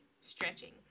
stretching